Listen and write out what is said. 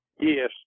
yes